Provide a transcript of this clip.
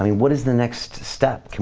i mean what is the next step,